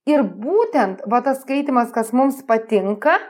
ir būtent va tas skaitymas kas mums patinka